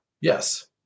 yes